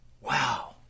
Wow